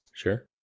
Sure